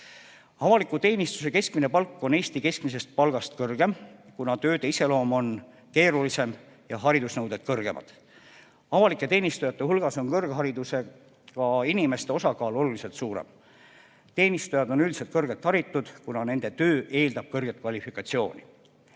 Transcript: Avaliku teenistuse keskmine palk on Eesti keskmisest palgast kõrgem, kuna tööde iseloom on keerulisem ja haridusnõuded kõrgemad. Avalike teenistujate hulgas on kõrgharidusega inimeste osakaal oluliselt suurem. Teenistujad on üldiselt kõrgelt haritud, kuna nende töö eeldab kõrget kvalifikatsiooni.